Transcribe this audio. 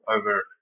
over